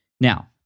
now